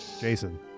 Jason